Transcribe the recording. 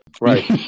Right